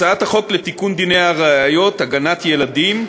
הצעת חוק לתיקון דיני הראיות (הגנת ילדים),